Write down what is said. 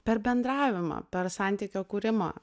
per bendravimą per santykio kūrimą